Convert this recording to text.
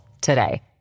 today